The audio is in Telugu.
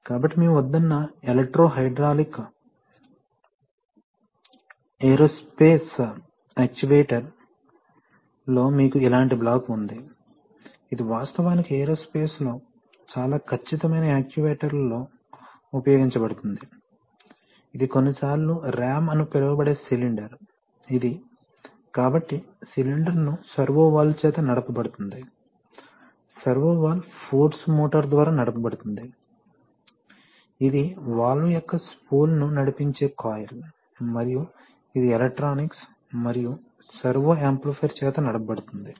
కాబట్టి మీ వద్ద ఉన్న ఎలెక్ట్రో హైడ్రాలిక్ ఏరోస్పేస్యాక్యుయేటర్ లో మీకు ఇలాంటి బ్లాక్ ఉంది ఇది వాస్తవానికి ఏరోస్పేస్లో చాలా ఖచ్చితమైన యాక్యుయేటర్లలో ఉపయోగించబడుతుంది ఇది కొన్నిసార్లు రామ్ అని పిలువబడే సిలిండర్ ఇది కాబట్టి సిలిండర్ను సర్వో వాల్వ్ చేత నడపబడుతుంది సర్వో వాల్వ్ ఫోర్స్ మోటారు ద్వారా నడపబడుతుంది ఇది వాల్వ్ యొక్క స్పూల్ను నడిపించే కాయిల్ మరియు అది ఎలక్ట్రానిక్స్ మరియు సర్వో యాంప్లిఫైయర్ చేత నడపబడుతుంది